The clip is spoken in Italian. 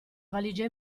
valigia